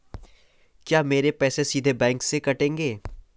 क्या मेरे पैसे सीधे बैंक से कटेंगे?